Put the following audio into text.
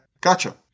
Gotcha